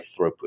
throughput